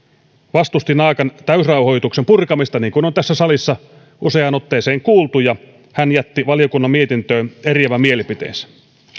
vastusti naakan täysrauhoituksen purkamista niin kuin on tässä salissa useaan otteeseen kuultu ja hän jätti valiokunnan mietintöön eriävän mielipiteensä